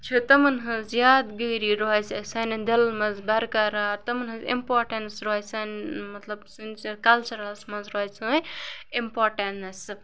چھِ تِمَن ہنٛز یادگٲری روزِ اَسہِ سانٮ۪ن دِلَن منٛز بَرقَرار تِمَن ہنٛز اِمپاٹَنٕس روزِ سانٮ۪ن مطلب سٲنس کَلچَرَس منٛز روزِ سٲنۍ اِمپاٹَنٕس